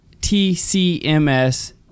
TCMS